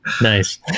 Nice